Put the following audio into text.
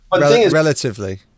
relatively